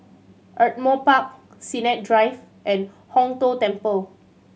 Ardmore Park Sennett Drive and Hong Tho Temple